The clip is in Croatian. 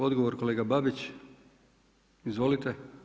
Odgovor kolega Babić, izvolite.